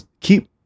keep